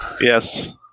Yes